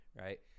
right